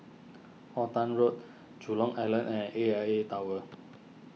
Halton Road Jurong Island and A I A Tower